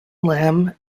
lam